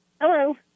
Hello